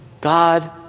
God